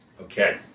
Okay